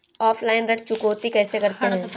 Offline ऋण चुकौती कैसे करते हैं?